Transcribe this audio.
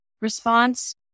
response